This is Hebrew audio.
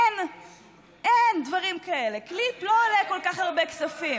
אין דברים כאלה, קליפ לא עולה כל כך הרבה כסף.